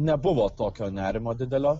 nebuvo tokio nerimo didelio